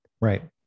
Right